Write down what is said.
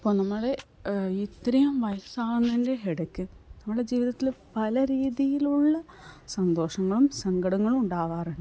അപ്പോൾ നമ്മൾ ഇത്രയും വയസ്സാവുന്നതിൻ്റെ ഇടയ്ക്ക് നമ്മുടെ ജീവിതത്തിൽ പല രീതിയിലുള്ള സന്തോഷങ്ങളും സങ്കടങ്ങളും ഉണ്ടാവാറുണ്ട്